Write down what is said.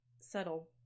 subtle